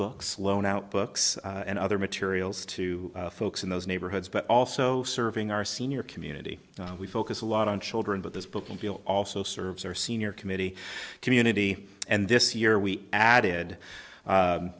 books loan out books and other materials to folks in those neighborhoods but also serving our senior community we focus a lot on children but this book and also serves our senior committee to unity and this year we added